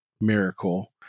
miracle